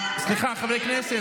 את תשבי בשקט.